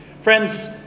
Friends